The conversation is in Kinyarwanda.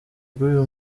bw’uyu